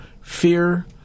fear